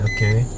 Okay